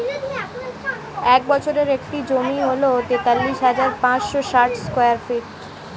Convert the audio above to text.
এক একরের একটি জমি হল তেতাল্লিশ হাজার পাঁচশ ষাট স্কয়ার ফিট